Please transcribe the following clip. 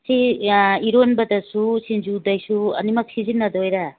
ꯁꯤ ꯏꯔꯣꯟꯕꯗꯁꯨ ꯁꯤꯡꯖꯨꯗꯁꯨ ꯑꯅꯤꯃꯛ ꯁꯤꯖꯤꯟꯅꯗꯣꯏꯔ